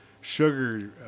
sugar